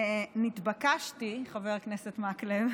התבקשתי, חבר הכנסת מקלב,